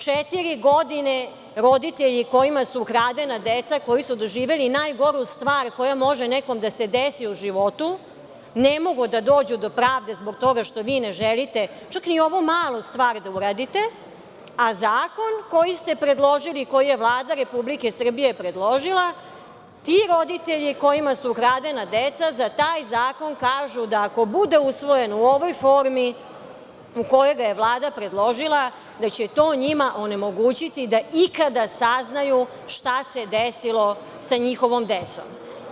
Četiri godine roditelji kojima su ukradena deca, koji su doživeli najgoru stvar koja može nekome da se desi u životu, ne mogu da dođu do pravde zbog toga što vi ne želite čak ni ovu malu stvar da uradite, a zakon koji ste predložili, koji je Vlada Republike Srbije predložila, ti roditelji kojima su ukradena deca za taj zakon kažu da ako bude usvojen u ovoj formi u kojoj ga je Vlada predložila, da će to njima onemogućiti da ikada saznaju šta se desilo sa njihovom decom.